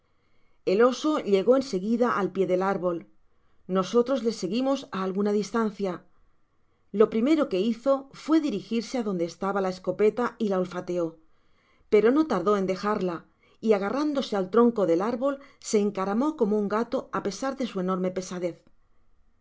el oso llegó en seguida al pié del árbol nosotros le seguimos á alguna distancia lo primero que hizo fué dirigirse adonde estaba la escopeta y la olfateó pero no tardó en dejarla y agarrándose al tronco del árbol se encaramó como un gato á pesar de su enorme pesadez